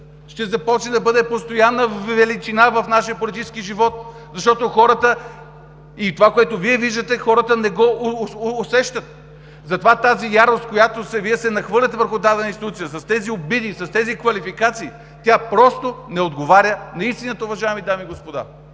ще започне да бъде постоянна величина в нашия политически живот, защото това, което Вие виждате, хората не го усещат. Затова е тази ярост, с която Вие се нахвърляте върху дадена институция с тези обиди, с тези квалификации. Тя просто не отговаря на истината, уважаеми дами и господа.